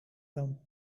come